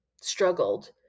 struggled